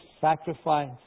sacrifice